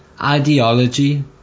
Ideology